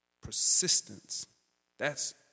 Persistence—that's